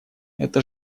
это